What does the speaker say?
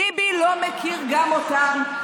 ביבי לא מכיר גם אותם.